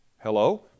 Hello